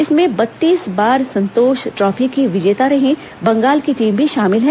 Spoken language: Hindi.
इसमें बत्तीस बार संतोष ट्रॉफी की विजेता रही बंगाल की टीम भी शामिल हैं